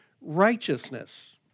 righteousness